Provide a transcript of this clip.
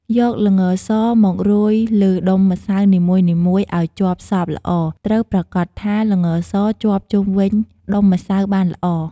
យក ល្ងស មករោយលើដុំម្សៅនីមួយៗ ឱ្យជាប់សប់ល្អ ត្រូវប្រាកដថាល្ងសជាប់ជុំវិញដុំម្សៅបានល្អ។